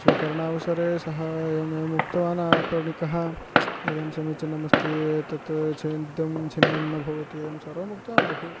स्वीकरणावसरे सः एवमेवम् उक्तवान् आपणिकः इदं समीचीनम् अस्ति एतत् छिन्नं छिन्नं न भवति एवं सर्वम् उक्तवान् बहु